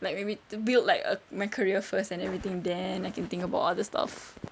like maybe to build like my career first and everything then I can think about other stuff